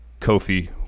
Kofi